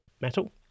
metal